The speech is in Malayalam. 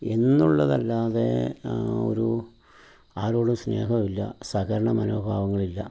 എന്നുള്ളതല്ലാതെ ഒരു ആരോടും സ്നേഹമില്ല സഹകരണ മനോഭാവങ്ങളില്ല